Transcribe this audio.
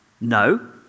No